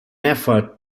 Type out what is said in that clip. effort